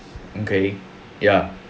okay ya